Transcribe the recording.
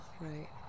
right